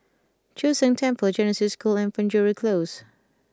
Chu Sheng Temple Genesis School and Penjuru Close